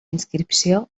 inscripció